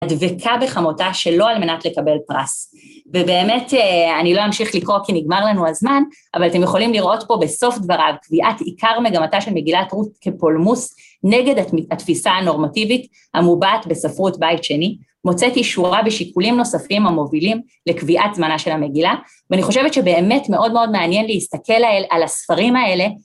הדבקה בחמותה שלא על מנת לקבל פרס, ובאמת אני לא אמשיך לקרוא כי נגמר לנו הזמן, אבל אתם יכולים לראות פה בסוף דבריו, קביעת עיקר מגמתה של מגילת רות כפולמוס, נגד התפיסה הנורמטיבית המובעת בספרות בית שני, מוצאת אישורה בשיקולים נוספים המובילים לקביעת זמנה של המגילה, ואני חושבת שבאמת מאוד מאוד מעניין להסתכל על הספרים האלה.